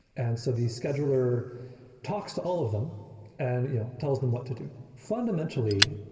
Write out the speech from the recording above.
and so the scheduler talks to all of them and you know tells them what to do. fundamentally,